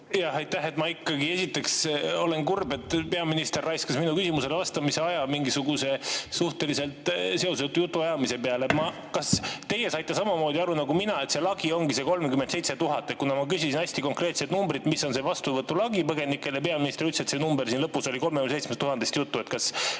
Aitäh! Ma ikkagi, esiteks, olen kurb, et peaminister raiskas ühele mu küsimusele vastamise aja mingisuguse suhteliselt seosetu jutuajamise peale. Kas teie saite samamoodi aru nagu mina, et see lagi ongi see 37 000? Ma küsisin hästi konkreetset numbrit, mis on põgenike vastuvõtu lagi, ja peaminister ütles, et see number ... Siin lõpus oli 37 000-st juttu. Kas